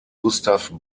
gustav